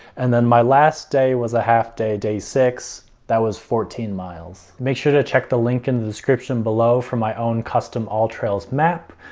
and then my last day was a half day. day six that was fourteen miles. make sure to check the link in the description below from my own custom alltrails map.